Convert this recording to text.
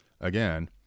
again